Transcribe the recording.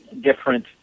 different